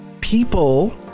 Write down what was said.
people